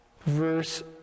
verse